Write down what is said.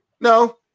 No